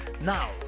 Now